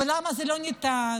ולמה זה לא ניתן,